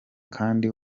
kandi